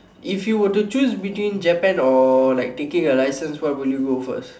if you were to choose between Japan or like taking a license what will you go first